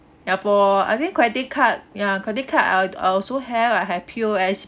ya lor I think credit card ya credit card I I also have I have P_O_S_B